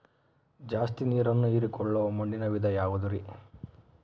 ಜಾಸ್ತಿ ನೇರನ್ನ ಹೇರಿಕೊಳ್ಳೊ ಮಣ್ಣಿನ ವಿಧ ಯಾವುದುರಿ?